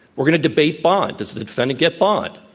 we're going to debate bond. does the defendant get bond?